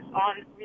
on